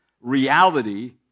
reality